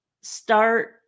start